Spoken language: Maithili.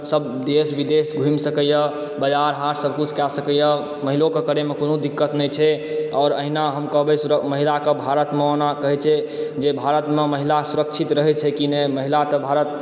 सब देश विदेश घुमि सकैया बजार हाट सबकिछु कए सकैया महिलोके करैमे कोनो दिक्कत नहि छै आओर अहिना हम कहबै महिलाके भारतमे ओना कहै छै जे भारतमे महिला सुरक्षित रहै छै कि नहि महिला तऽ भारत